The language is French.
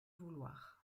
vouloir